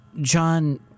John